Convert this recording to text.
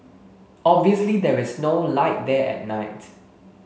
obviously there is no light there at night